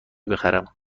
بخرم